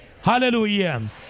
Hallelujah